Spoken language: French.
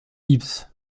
gibbs